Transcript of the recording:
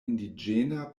indiĝena